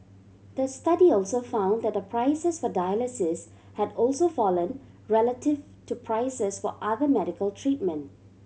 the study also found that the prices for dialysis had also fallen relative to prices for other medical treatment